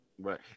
right